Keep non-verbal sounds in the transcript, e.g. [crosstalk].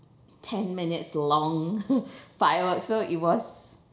ten minutes long [laughs] firework so it was